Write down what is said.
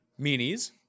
meanies